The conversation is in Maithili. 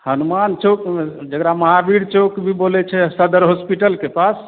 हनुमान चौक जकरा महावीर चौक भी बोलै छै सदर हॉस्पिटलके पास